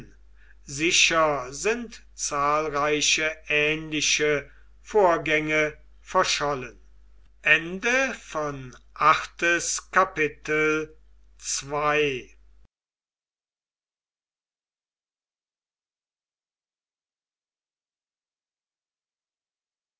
sicher sind zahlreiche ähnliche vorgänge verschollen